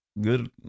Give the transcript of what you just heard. good